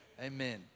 Amen